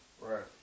Right